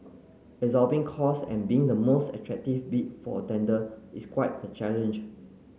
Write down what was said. absorbing costs and being the most attractive bid for a tender is quite the challenge